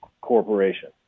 corporation